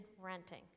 renting